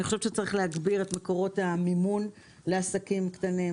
אני חושבת שצריך להגביר את מקורות המימון לעסקים קטנים,